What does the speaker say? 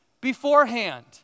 beforehand